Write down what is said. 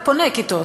הוא בונה כיתות,